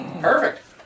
Perfect